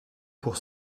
pour